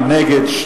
נגד,